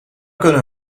kunnen